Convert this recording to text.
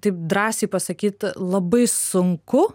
taip drąsiai pasakyt labai sunku